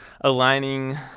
aligning